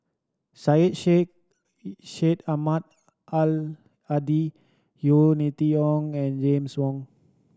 Syed Sheikh Syed Ahmad Al Hadi Yeo Ni Ti Yong and James Wong